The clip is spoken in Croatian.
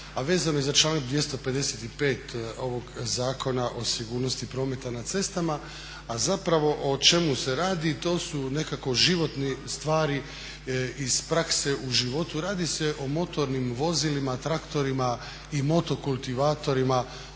a vezano je za članak 255. ovog Zakona o sigurnosti prometa na cestama. A zapravo o čemu se radi, to su nekako životne stvari iz prakse u životu. Radi se o motornim vozilima, traktorima i motokultivatorima,